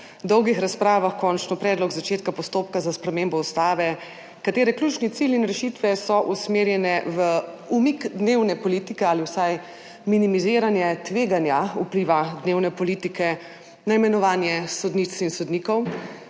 po dolgih razpravah končno predlog začetka postopka za spremembo ustave, katere ključni cilji in rešitve so usmerjene v umik dnevne politike ali vsaj minimiziranje tveganja vpliva dnevne politike na imenovanje sodnic in sodnikov,